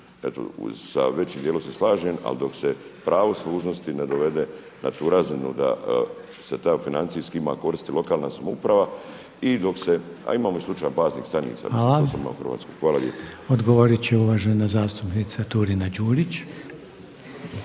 Eto, sa većim dijelom se slažem ali dok se pravo služnosti ne dovede na tu razinu da se ta financijski ima koristi lokalna samouprava i dok se, a imamo i slučajeva baznih stanica, posebno u Hrvatskoj. Hvala lijepo. **Reiner, Željko (HDZ)** Hvala. Odgovorit će uvažena zastupnica Turina Đurić.